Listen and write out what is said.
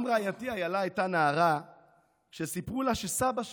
גם רעייתי איילה הייתה נערה כשסיפרו לה שסבא שלה,